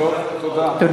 תודה.